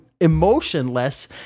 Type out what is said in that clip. emotionless